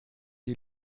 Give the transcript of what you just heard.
die